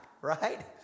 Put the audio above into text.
right